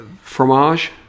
fromage